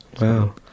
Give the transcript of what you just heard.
wow